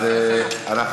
כן.